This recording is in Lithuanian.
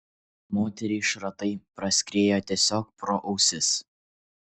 moteriai šratai praskriejo tiesiog pro ausis